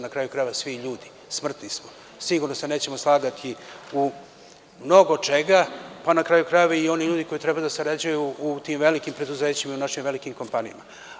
Na kraju krajeva, svi smo mi ljudi, smrtni smo i sigurno je da se nećemo slagati u mnogo čemu, a, na kraju krajeva, tako i oni ljudi koji treba da sarađuju u tim velikim preduzećima i velikim kompanijama.